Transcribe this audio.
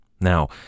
Now